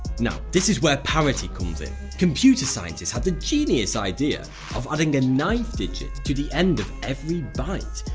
now this is where parity comes in. computer scientists had the genius idea of adding a ninth digit to the end of every byte,